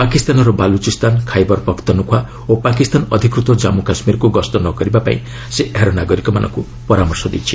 ପାକିସ୍ତାନର ବାଲୋଚିସ୍ତାନ ଖାଇବର ପଖ୍ତନଖ୍ୱା ଓ ପାକିସ୍ତାନ ଅଧିକୃତ ଜାନ୍ମୁ କାଶ୍ମୀରକୁ ଗସ୍ତ ନ କରିବା ପାଇଁ ସେ ଏହାର ନାଗରିକମାନଙ୍କୁ ପରାମର୍ଶ ଦେଇଛି